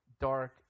dark